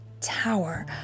tower